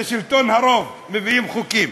זה שלטון הרוב, מביאים חוקים.